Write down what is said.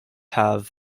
have